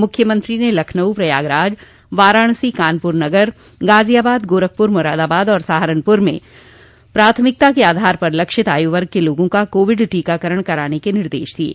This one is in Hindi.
मुख्यमंत्री ने लखनऊ प्रयागराज वाराणसी कानपुर नगर गाजियाबाद गोरखपुर मुरादाबाद तथा सहारनपुर में प्राथमिकता के आधार पर लक्षित आयु वर्ग के लोगों का कोविड टीकाकरण कराने के निर्देश दिये